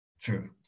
True